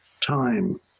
time